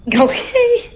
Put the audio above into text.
Okay